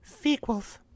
sequels